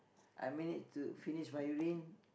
I manage to finish my urine